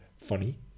funny